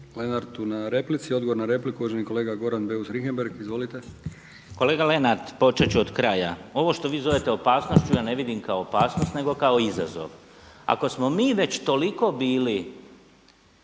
Lenartu na replici. Odgovor na repliku, uvaženi kolega Goran Beus Richembergh. Izvolite. **Beus Richembergh, Goran (HNS)** Kolega Lenart, počet ću od kraja. Ovo što vi zovete opasnošću ja ne vidim kao opasnost nego kao izazov. Ako smo mi već toliko bili